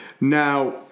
Now